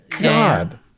god